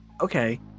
okay